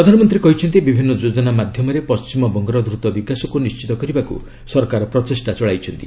ପ୍ରଧାନମନ୍ତ୍ରୀ କହିଛନ୍ତି ବିଭିନ୍ନ ଯୋଜନା ମାଧ୍ୟମରେ ପଶ୍ଚିମବଙ୍ଗର ଦ୍ରୁତ ବିକାଶକୁ ନିଶ୍ଚିତ କରିବାକୁ ସରକାର ପ୍ରଚେଷ୍ଟା ଚଳାଇଛନ୍ତି